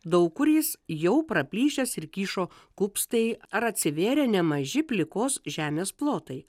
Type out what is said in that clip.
daug kur jis jau praplyšęs ir kyšo kupstai ar atsivėrė nemaži plikos žemės plotai